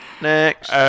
Next